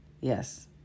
Yes